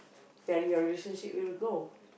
then your relationship will go